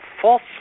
false